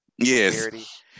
Yes